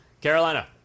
Carolina